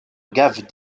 gave